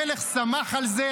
המלך שמח על זה.